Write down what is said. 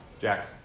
Jack